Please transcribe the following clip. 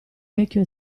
vecchio